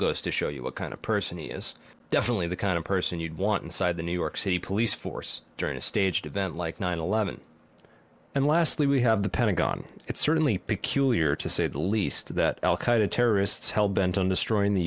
goes to show you what kind of person he is definitely the kind of person you'd want inside the new york city police force during a staged event like nine eleven and lastly we have the pentagon it's certainly peculiar to say the least that al qaeda terrorists hell bent on destroying the